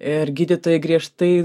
ir gydytojai griežtai